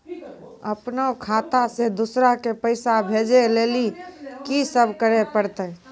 अपनो खाता से दूसरा के पैसा भेजै लेली की सब करे परतै?